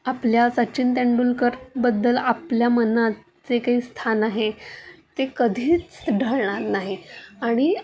आपल्या सचिन तेंडुलकरबद्दल आपल्या मनात जे काही स्थान आहे ते कधीच ढळणार नाही आणि